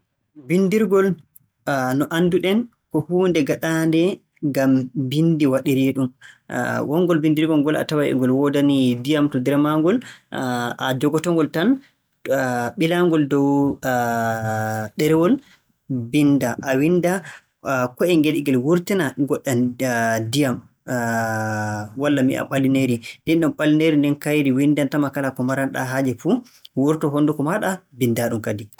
Binndirgol no anndu-ɗen ko huunde gaɗaande ngam binndi waɗiree-ɗum. Wonngol binndirgol ngol a taway e ngol woodani ndiyam to nder maaagol. A jogoto-ngol tan, ɓilaa-ngol dow ɗerewol a winnda. A winnda ko'el ngel e ngel wurtina goɗɗam ndiyam walla mi wi'a ɓalineeri. Ndinɗon ɓalineeri ndin kayri winndanta ma kala ko maran-ɗaa haaje fuu, wurtoo honnduko maaɗa mbinndaa-ɗum kadi.